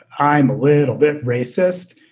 i'm a little bit racist.